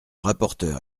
rapporteur